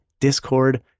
Discord